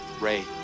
Ray